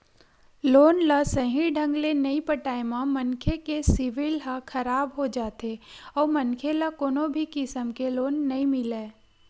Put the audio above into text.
loan ल सहीं ढंग ले नइ पटाए म मनखे के सिविल ह खराब हो जाथे अउ मनखे ल कोनो भी किसम के लोन नइ मिलय